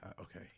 okay